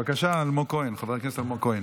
בבקשה, חבר הכנסת אלמוג כהן.